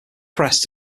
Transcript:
pressed